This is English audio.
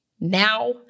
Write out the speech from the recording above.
Now